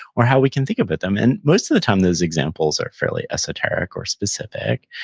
or how we can think about them and, most of the time, those examples are fairly esoteric or specific,